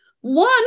One